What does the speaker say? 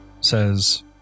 says